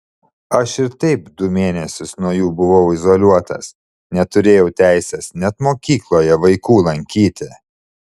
aš ir taip du mėnesius nuo jų buvau izoliuotas neturėjau teisės net mokykloje vaikų lankyti